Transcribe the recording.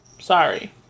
Sorry